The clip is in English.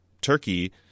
turkey